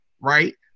right